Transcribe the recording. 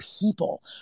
people